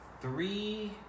three